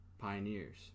Pioneers